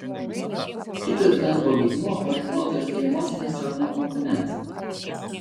kitas darbo lygmuo orientuotas į emocinį sapno komponentą